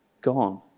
gone